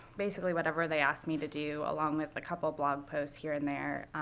basically whatever they asked me to do, along with a couple of blog posts here and there.